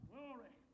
Glory